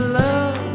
love